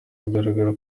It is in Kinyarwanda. kugaragara